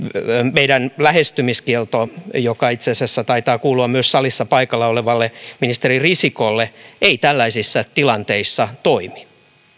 meillä lähestymiskielto joka itse asiassa taitaa kuulua myös salissa paikalla olevalle ministeri risikolle ei tällaisissa tilanteissa toimi